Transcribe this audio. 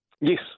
Yes